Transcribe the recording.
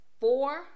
four